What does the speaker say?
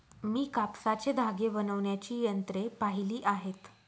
मी कापसाचे धागे बनवण्याची यंत्रे पाहिली आहेत